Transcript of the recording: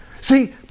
See